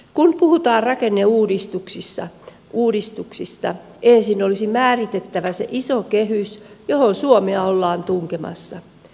kun puhutaan rakenneuudistuksista ensin olisi määritettävä se iso kehys johon suomea ollaan tunkemassa